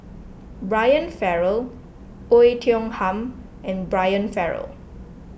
Brian Farrell Oei Tiong Ham and Brian Farrell